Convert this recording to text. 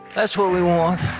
that is what we want.